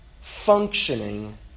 functioning